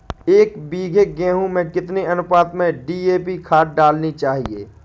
एक बीघे गेहूँ में कितनी अनुपात में डी.ए.पी खाद डालनी चाहिए?